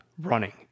running